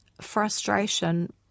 frustration